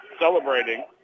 celebrating